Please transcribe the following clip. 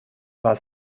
war